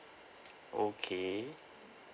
okay